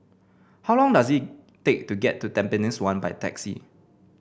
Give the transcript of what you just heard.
how long does it take to get to Tampines one by taxi